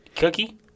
Cookie